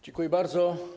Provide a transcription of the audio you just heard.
Dziękuję bardzo.